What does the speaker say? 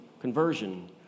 conversion